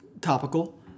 topical